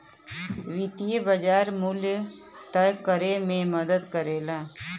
वित्तीय बाज़ार मूल्य तय करे में मदद करला